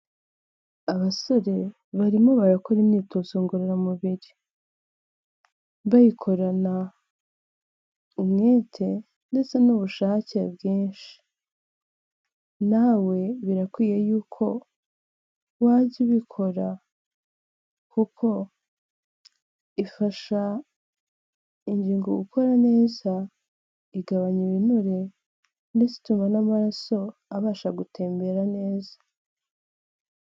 Abasore barimo barakora imyitozo ngororamubiri, bayikorana umwete ndetse n'ubushake bwinshi, nawe birakwiye yuko wajya ubikora kuko ifasha ingingo gukora neza igabanya ibinure ndetse ituma n'amaraso abasha gutembera neza.